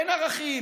אין ערכים,